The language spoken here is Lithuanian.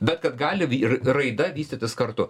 bet kad gali ir raida vystytis kartu